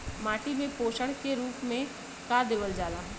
माटी में पोषण के रूप में का देवल जाला?